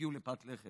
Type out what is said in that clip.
הגיעו לפת לחם.